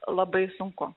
labai sunku